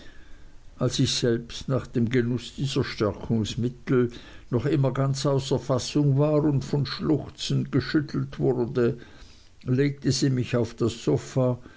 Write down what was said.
als ich selbst nach dem genuß dieser stärkungsmittel noch immer ganz außer fassung war und von schluchzen geschüttelt wurde legte sie mich auf das sofa